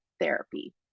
therapy